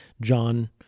John